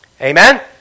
Amen